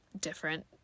different